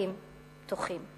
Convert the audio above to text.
שטחים פתוחים.